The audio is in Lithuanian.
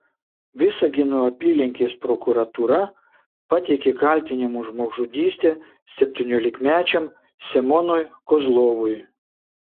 visagino apylinkės prokuratūra pateikė kaltinimus žmogžudyste septyniolikmečiam semionui kozlovui